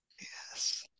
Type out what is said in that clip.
Yes